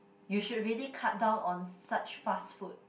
you should really cut down on such fast food